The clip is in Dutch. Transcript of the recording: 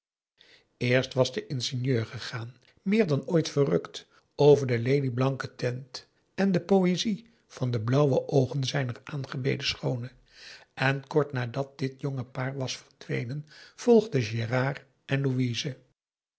eerst was de ingenieur gegaan meer dan ooit verrukt over de lelieblanke teint en de poëzie van de blauwe oogen zijner aangebeden schoone en kort nadat dit jonge paar was verdwenen volgden gérard en louise